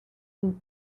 who